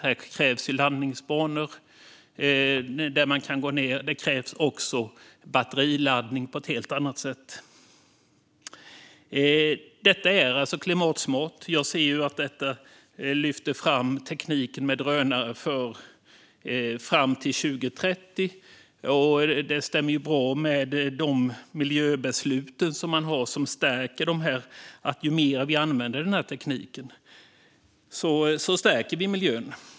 Det krävs landningsbanor där man kan gå ned, och det krävs också batteriladdning på ett helt annat sätt. Det här är klimatsmart. Jag ser att tekniken med drönare lyfts fram till 2030, vilket stämmer bra med de miljöbeslut som finns. Ju mer vi använder tekniken, desto mer stärker vi miljön.